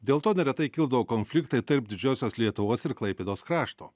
dėl to neretai kildavo konfliktai tarp didžiosios lietuvos ir klaipėdos krašto